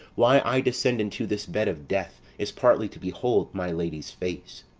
why i descend into this bed of death is partly to behold my lady's face,